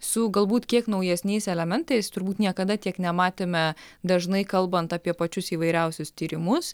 su galbūt kiek naujesniais elementais turbūt niekada tiek nematėme dažnai kalbant apie pačius įvairiausius tyrimus